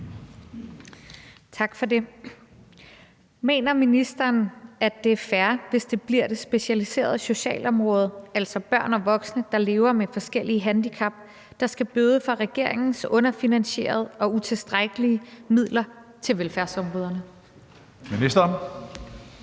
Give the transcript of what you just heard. Tak for det. Mener ministeren, at det er fair, hvis det bliver det specialiserede socialområde, altså børn og voksne, der lever med forskellige handicap, der skal bøde for regeringens underfinansierede ældreudspil og utilstrækkelige midler til velfærdsområderne? Kl.